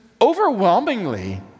overwhelmingly